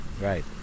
right